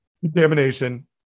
contamination